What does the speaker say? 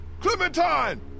Clementine